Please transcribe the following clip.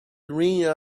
dream